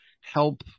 help